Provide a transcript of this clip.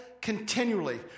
continually